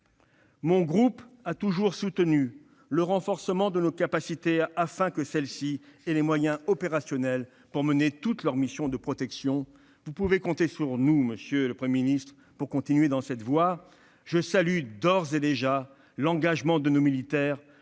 Mon groupe a toujours soutenu le renforcement de nos capacités afin qu'elles aient les moyens opérationnels de mener toutes leurs missions de protection. Vous pouvez compter sur nous, monsieur le Premier ministre, pour continuer dans cette voie. Je salue d'ores et déjà l'engagement de nos militaires,